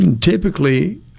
Typically